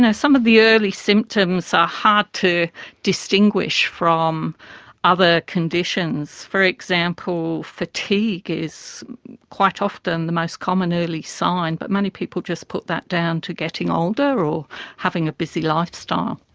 some of the early symptoms are hard to distinguish from other conditions. for example, fatigue is quite often the most common early sign, but many people just put that down to getting older or having a busy lifestyle.